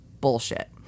Bullshit